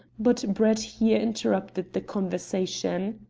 but brett here interrupted the conversation.